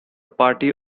party